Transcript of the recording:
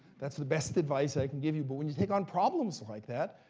that's the best advice i can give you. but when you take on problems like that,